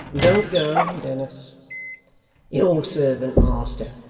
don't go, dennis your servant, master